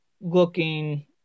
looking